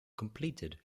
completed